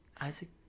Isaac